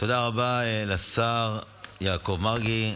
תודה רבה לשר יעקב מרגי.